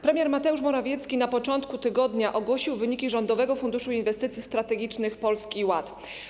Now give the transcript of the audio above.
Premier Mateusz Morawiecki na początku tygodnia ogłosił wyniki rządowego funduszu inwestycji strategicznych Polski Ład.